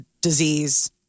disease